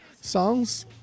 songs